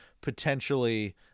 potentially